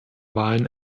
wahlen